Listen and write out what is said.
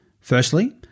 Firstly